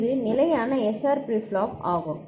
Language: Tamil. இது நிலையான SR ஃபிளிப் ஃப்ளாப் ஆகும்